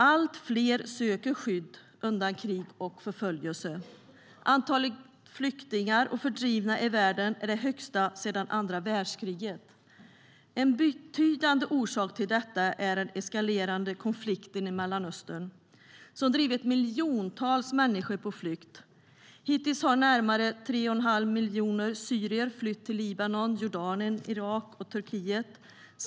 Allt fler söker skydd undan krig och förföljelse. Antalet flyktingar och fördrivna i världen är det högsta sedan andra världskriget. En betydande orsak till detta är den eskalerande konflikten i Mellanöstern, som har drivit miljontals människor på flykt. Hittills har närmare 3 1⁄2 miljon syrier flytt till Libanon, Jordanien, Irak och Turkiet.